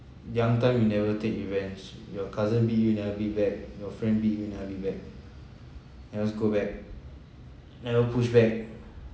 young time you never take revenge your cousin beat you you never beat back your friend beat you you never beat back never scold back never push back